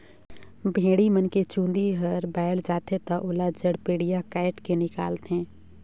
भेड़ी मन के चूंदी हर बायड जाथे त ओला जड़पेडिया कायट के निकालथे